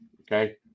okay